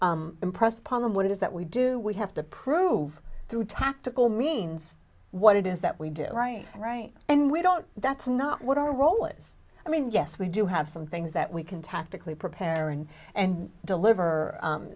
impress upon them what it is that we do we have to prove through tactical means what it is that we do right and we don't that's not what our role is i mean yes we do have some things that we can tactically prepare and and deliver